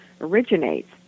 originates